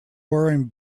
wearing